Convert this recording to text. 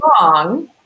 wrong